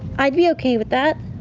i'd be okay with that.